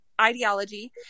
ideology